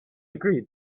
agreed